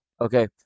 Okay